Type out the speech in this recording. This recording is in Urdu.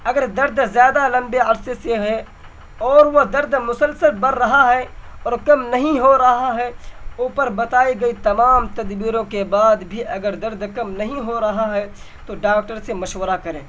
اگر درد زیادہ لمبے عرصے سے ہے اور وہ درد مسلسل بڑھ رہا ہے اور کم نہیں ہو رہا ہے اوپر بتائی گئی تمام تدبیروں کے بعد بھی اگر درد کم نہیں ہو رہا ہے تو ڈاکٹر سے مشورہ کریں